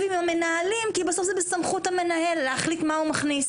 עם המנהלים כי בסוף זה בסמכות המנהל להחליט מה הוא מכניס,